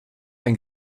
ein